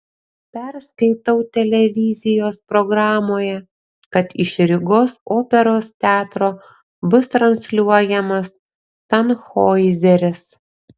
perskaitau televizijos programoje kad iš rygos operos teatro bus transliuojamas tanhoizeris